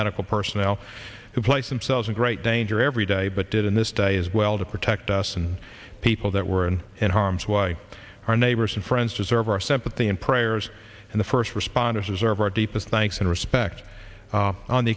medical personnel who placed themselves in great danger every day but did in this day as well to protect us and people that were in harm's way our neighbors and friends deserve our sympathy and prayers and the first responders deserve our deepest thanks and respect on the